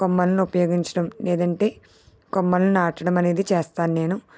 కొమ్మలను ఉపయోగించడం లేదంటే కొమ్మలు నాటడం అనేది చేస్తాను నేను